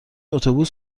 اتوبوس